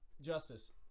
Justice